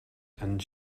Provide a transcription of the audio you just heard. and